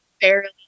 fairly